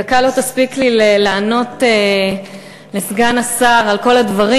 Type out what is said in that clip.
דקה לא תספיק לי לענות לסגן השר על כל הדברים,